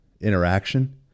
interaction